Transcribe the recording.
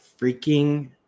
freaking